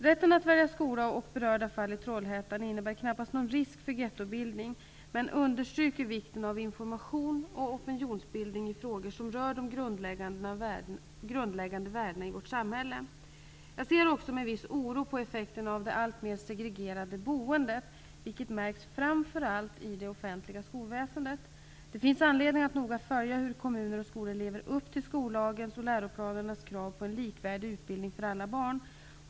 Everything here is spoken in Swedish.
Rätten att välja skola och berörda fall i Trollhättan innebär knappast någon risk för ghettobildning men understryker vikten av information och opinionsbildning i frågor som rör de grundläggande värdena i vårt samhälle. Jag ser också med viss oro på effekterna av det alltmer segregerade boendet, vilket märks framför allt i det offentliga skolväsendet. Det finns anledning att noga följa hur kommuner och skolor lever upp till skollagens och läroplanernas krav på en likvärdig utbildning för alla barn.